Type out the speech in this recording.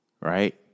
right